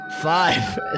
Five